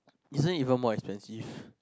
isn't it even more expensive